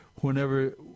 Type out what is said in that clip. whenever